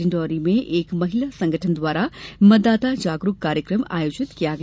डिडौरी में एक महिला संगठन द्वारा मतदाता जागरूक कार्यक्रम आयोजित किया गया